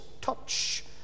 touch